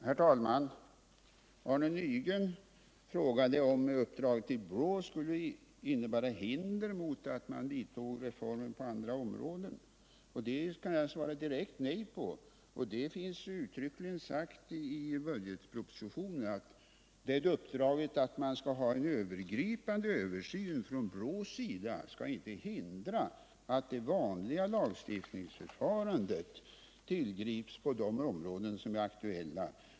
Herr talman! Arne Nygren frågade om uppdraget till BRÅ skulle utgöra hinder mot att man vidtog reformer på andra områden. På den frågan kan jag svara direkt nej. Det har uttryckligen sagts i budgetpropositionen att BRÅ:s uppdrag att göra en övergripande översyn inte skall hindra att det vanliga lagstiftningsförfarandet tillgrips på de områden som är aktuella.